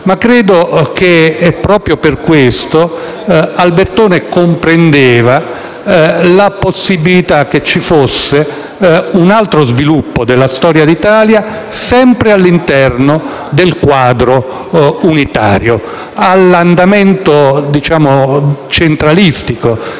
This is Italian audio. tuttavia che, proprio per questo, Albertoni comprendesse la possibilità che ci fosse un altro sviluppo della storia d'Italia sempre all'interno del quadro unitario. Rispetto all'andamento centralistico